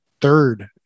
third